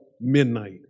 midnight